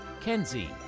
Kenzie